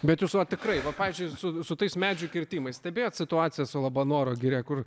bet jūs va tikrai va pavyzdžiui su su tais medžių kirtimais stebėjot situaciją su labanoro giria kur